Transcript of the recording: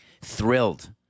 Thrilled